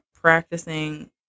practicing